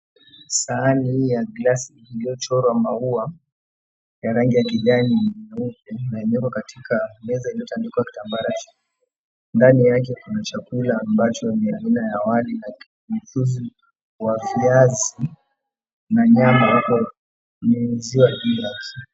Sahani hii ya glasi iliyochorwa maua ya rangi ya kijani na ilioko katika meza iliyotandikwa kitambara cheupe, ndani yake kuna chakula ambacho ni aina ya wali na mchuzi wa viazi na nyama imenyunyizia juu yake.